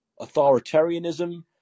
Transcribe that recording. authoritarianism